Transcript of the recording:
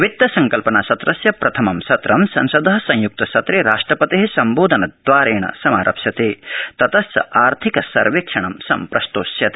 वित्तसंकल्पनासत्रस्य प्रथमं सत्रं संसदः संयुक्तसत्रे राष्ट्रपतेः सम्बोधनद्वारेण समारप्स्यते ततश्च तत्र आर्थिक सर्वेक्षणं सम्प्रस्तोष्यते